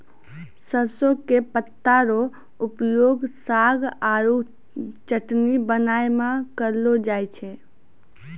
सरसों के पत्ता रो उपयोग साग आरो चटनी बनाय मॅ करलो जाय छै